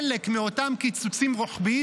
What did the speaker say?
והוא לא חלק מאותם קיצוצים רוחביים